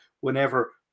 whenever